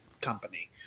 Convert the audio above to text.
company